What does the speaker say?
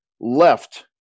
left